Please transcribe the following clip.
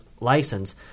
license